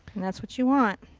and that's what you want.